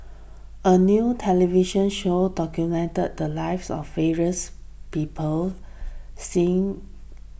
a new television show documented the lives of various people Singh